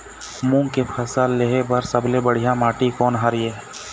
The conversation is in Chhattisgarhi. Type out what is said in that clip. मूंग के फसल लेहे बर सबले बढ़िया माटी कोन हर ये?